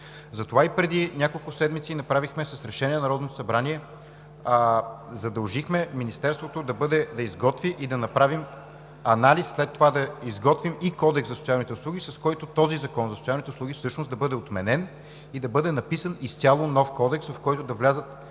затова и преди няколко седмици с решение на Народното събрание задължихме Министерството да направи анализ и след това да изготвим и Кодекс за социалните услуги, с който този Закон за социалните услуги всъщност да бъде отменен и да бъде написан изцяло нов кодекс, в който да влезе